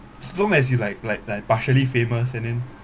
as long as you like like like partially famous and then